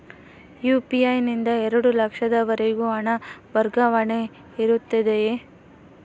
UPI ನಿಂದ ಎರಡು ಲಕ್ಷದವರೆಗೂ ಹಣ ವರ್ಗಾವಣೆ ಇರುತ್ತದೆಯೇ?